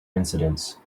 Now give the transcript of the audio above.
incidents